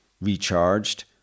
Recharged